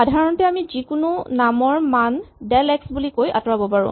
সাধাৰণতে আমি যিকোনো নামৰ মান ডেলএক্স বুলি কৈ আঁতৰাব পাৰো